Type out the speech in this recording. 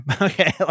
Okay